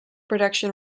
production